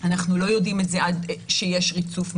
אנחנו לא יודעים את זה עד שיש ריצוף מלא,